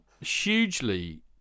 hugely